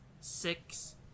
six